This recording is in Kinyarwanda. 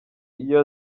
iyo